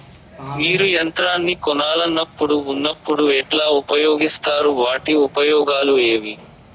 మీరు యంత్రాన్ని కొనాలన్నప్పుడు ఉన్నప్పుడు ఎట్లా ఉపయోగిస్తారు వాటి ఉపయోగాలు ఏవి?